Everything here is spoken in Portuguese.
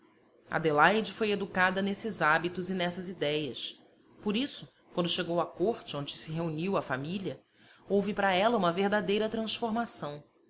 adelaide foi educada nesses hábitos e nessas idéias por isso quando chegou à corte onde se reuniu à família houve para ela uma verdadeira transformação